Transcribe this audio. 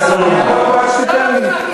חבר הכנסת סולומון,